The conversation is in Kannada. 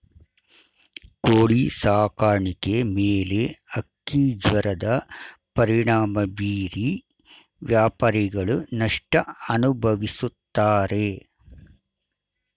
ಕೋಳಿ ಸಾಕಾಣಿಕೆ ಮೇಲೆ ಹಕ್ಕಿಜ್ವರದ ಪರಿಣಾಮ ಬೀರಿ ವ್ಯಾಪಾರಿಗಳು ನಷ್ಟ ಅನುಭವಿಸುತ್ತಾರೆ